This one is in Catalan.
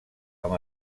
amb